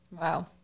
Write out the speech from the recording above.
Wow